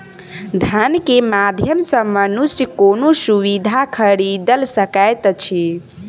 धन के माध्यम सॅ मनुष्य कोनो सुविधा खरीदल सकैत अछि